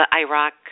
Iraq